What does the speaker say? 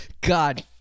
God